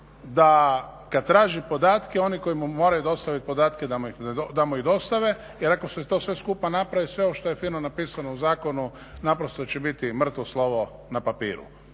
da kad traži podatke oni koji mu moraju dostaviti podatke da mu ih dostave jer ako se to sve skupa napravi sve ovo što je fino napisano u zakonu naprosto će biti mrtvo slovo na papiru